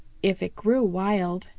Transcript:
if it grew wild,